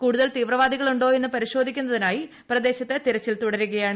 കൂടുതൽ തീവ്രവാദികൾ ഉ ായെന്ന് പരിശോധിക്കുന്നതിനായി പ്രദേശത്ത് തിരച്ചിൽ തുടരുകയാണ്